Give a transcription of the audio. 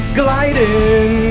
gliding